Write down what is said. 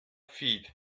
feet